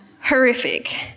Horrific